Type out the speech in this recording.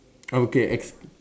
okay ex~